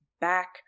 back